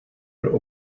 pro